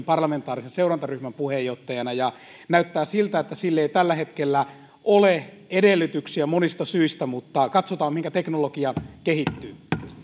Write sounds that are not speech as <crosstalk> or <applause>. <unintelligible> parlamentaarisen seurantaryhmän puheenjohtajana ja näyttää siltä että sille ei tällä hetkellä ole edellytyksiä monista syistä mutta katsotaan miten teknologia kehittyy